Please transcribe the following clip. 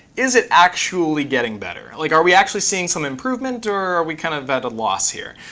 is it actually getting better? like are we actually seeing some improvement, or are we kind of at a loss here?